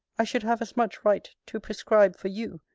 i should have as much right to prescribe for you,